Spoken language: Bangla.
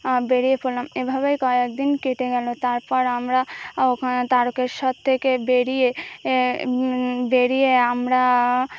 বেরিয়ে পড়লাম এভাবেই কয়েক দিন কেটে গেল তারপর আমরা ওখানে তারকেস্বর থেকে বেরিয়ে বেরিয়ে আমরা